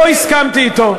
לא הסכמתי אתו.